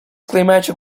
climatic